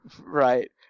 Right